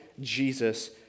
Jesus